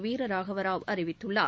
வீரராகவராவ் அறிவித்துள்ளார்